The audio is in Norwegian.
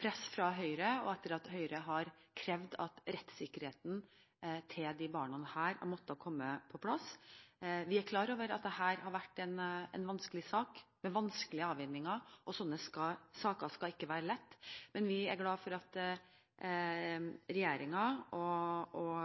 press fra Høyre og etter at Høyre har krevd at rettssikkerheten til disse barna har måttet komme på plass. Vi er klar over at dette har vært en vanskelig sak med vanskelige avveininger. Sånne saker skal ikke være lett, men vi er glad for at regjeringspartiene og